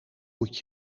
moet